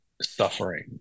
suffering